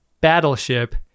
battleship